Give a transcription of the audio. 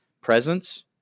presence